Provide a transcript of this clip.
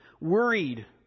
worried